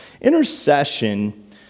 Intercession